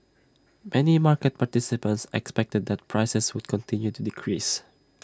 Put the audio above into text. many market participants expected that prices would continue to decrease